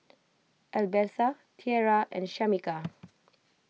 Albertha Tierra and Shamika